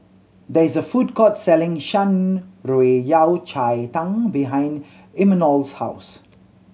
there is a food court selling Shan Rui Yao Cai Tang behind Imanol's house